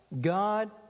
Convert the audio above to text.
God